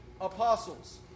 apostles